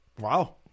Wow